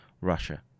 Russia